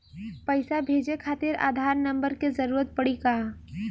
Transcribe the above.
पैसे भेजे खातिर आधार नंबर के जरूरत पड़ी का?